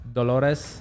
Dolores